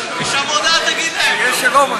יש עבודה, תגיד להם.